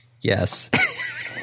Yes